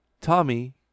Tommy